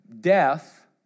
death